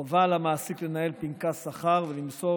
מטיל חובה על המעסיק לנהל פנקס שכר ולמסור